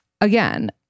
Again